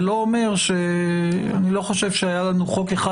זה לא אומר שאני לא חושב שהיה לנו חוק אחד